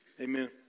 Amen